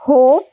हो